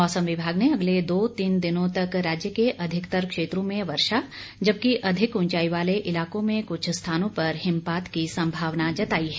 मौसम विभाग ने अगले दो तीन दिनों तक राज्य के अधिकतर क्षेत्रों में वर्षा जबकि अधिक ऊंचाई वाले इलाकों में कुछ स्थानों पर हिमपात की संभावना जताई है